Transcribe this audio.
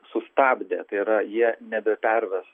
sustabdė tai yra jie nebeperves